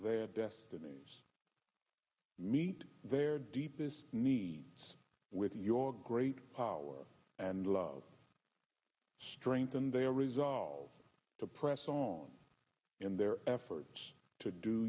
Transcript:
their destinies meet their deepest needs with your great power and love strengthened their resolve to press on in their efforts to do